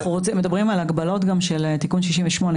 אנחנו מדברים גם על ההגבלות של תיקון 68,